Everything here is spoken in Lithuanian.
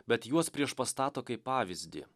bet juos priešpastato kaip pavyzdį